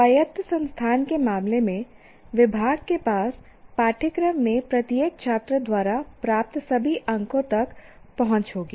स्वायत्त संस्थान के मामले में विभाग के पास पाठ्यक्रम में प्रत्येक छात्र द्वारा प्राप्त सभी अंकों तक पहुंच होगी